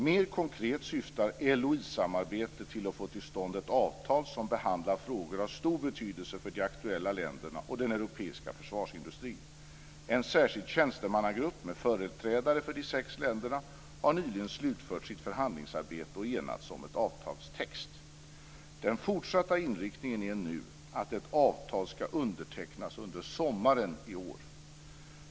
Mer konkret syftar LOI-samarbetet till att få till stånd ett avtal som behandlar frågor av stor betydelse för de aktuella länderna och den europeiska försvarsindustrin. En särskild tjänstemannagrupp med företrädare för de sex länderna har nyligen slutfört sitt förhandlingsarbete och enats om en avtalstext. Den fortsatta inriktningen är nu att ett avtal ska undertecknas under sommaren i år.